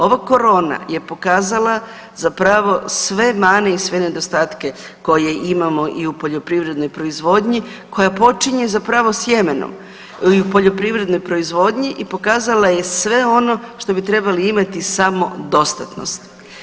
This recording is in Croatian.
Ova korona je pokazala zapravo sve mane i sve nedostatke koje imamo i u poljoprivrednoj proizvodnji koja počinje zapravo sjemenom i u poljoprivrednoj proizvodnji i pokazala je sve ono što bi trebali imali, samodostatnost.